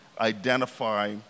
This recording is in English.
identify